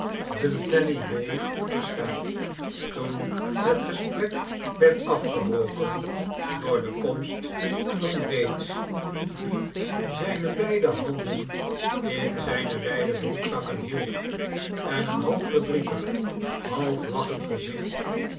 bontany bay verstaat toen het gesprek werd afgebroken door de komst van bates die zijne beide handen in zijne wijde broekzakken hield en een half verdrietig half lachend gezicht